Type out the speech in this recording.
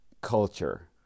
culture